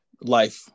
life